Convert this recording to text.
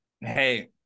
Hey